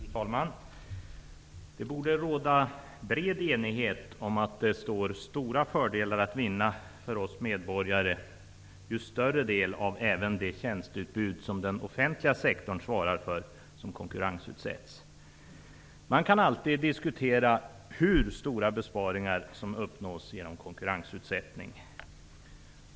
Fru talman! Det borde råda bred enighet om att det står stora fördelar att vinna för oss medborgare ju större del som konkurrensutsätts av även det tjänsteutbud som den offentliga sektorn svarar för. Man kan alltid diskutera hur stora besparingar som uppnås genom en konkurrensutsättning.